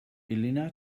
elena